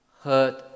hurt